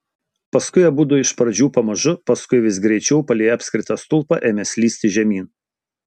paskui abudu iš pradžių pamažu paskui vis greičiau palei apskritą stulpą ėmė slysti žemyn